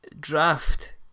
Draft